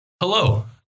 Hello